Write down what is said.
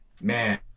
Man